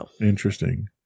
interesting